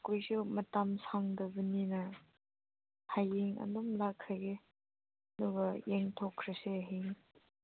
ꯑꯩꯈꯣꯏꯁꯨ ꯃꯇꯝ ꯁꯪꯗꯕꯅꯤꯅ ꯍꯌꯦꯡ ꯑꯗꯨꯝ ꯂꯥꯛꯈ꯭ꯔꯒꯦ ꯑꯗꯨꯒ ꯌꯦꯡꯊꯣꯛꯈ꯭ꯔꯁꯦ ꯍꯌꯦꯡ